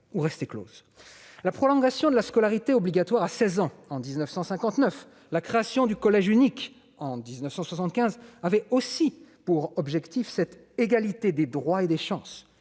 ou restaient closes. La prolongation de la scolarité obligatoire à seize ans, en 1959, et la création du collège unique, en 1975, avaient aussi pour but l'égalité des droits et des chances.